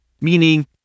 meaning